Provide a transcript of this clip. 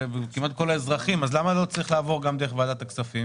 בכמעט כל האזרחים אז למה זה לא צריך לעבור גם דרך ועדת הכספים?